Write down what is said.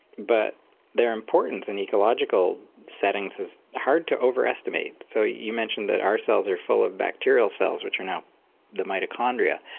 but their importance in ecological settings is hard to overestimate. so you mentioned that our cells are full of bacterial cells, which are now the mitochondria.